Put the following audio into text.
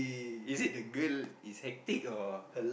is it the girl is hectic or